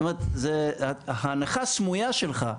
זאת אומרת זו איזשהי ההנחה הסמויה שלך,